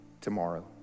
tomorrow